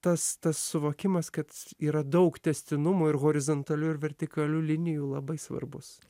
tas tas suvokimas kad yra daug tęstinumo ir horizontalių ir vertikalių linijų labai svarbus